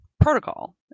protocol